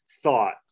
thought